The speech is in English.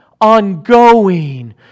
ongoing